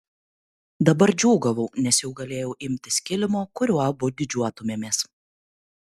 dabar džiūgavau nes jau galėjau imtis kilimo kuriuo abu didžiuotumėmės